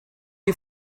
you